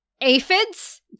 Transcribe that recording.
aphids